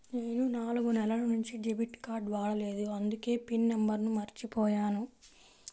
నేను నాలుగు నెలల నుంచి డెబిట్ కార్డ్ వాడలేదు అందుకే పిన్ నంబర్ను మర్చిపోయాను